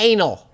Anal